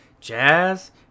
Jazz